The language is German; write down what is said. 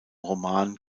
roman